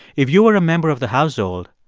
if you were a member of the household,